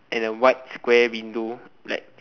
and a white square window like